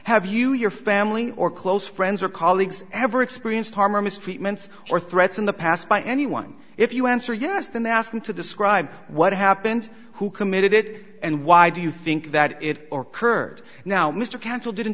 have you your family or close friends or colleagues ever experienced harm or mistreatments or threats in the past by anyone if you answer yes then ask them to describe what happened who committed it and why do you think that it or curt now mr counsel didn't